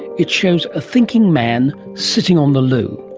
it shows a thinking man sitting on the loo.